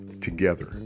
together